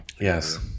Yes